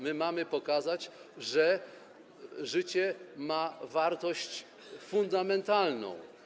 My mamy pokazać, że życie ma wartość fundamentalną.